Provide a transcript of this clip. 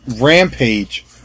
rampage